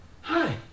hi